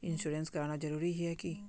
Insurance कराना जरूरी ही है की?